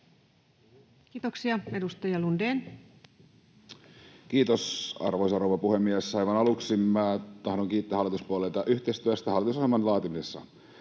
Time: 15:21 Content: Kiitos, arvoisa rouva puhemies! Aivan aluksi minä tahdon kiittää hallituspuolueita yhteistyöstä hallitusohjelman laatimisessa.